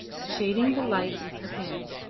shading the light with her hand.